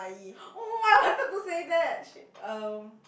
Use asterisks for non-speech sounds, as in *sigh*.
*noise* oh !wah! I wanted to say that shit um